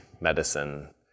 medicine